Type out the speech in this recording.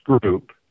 group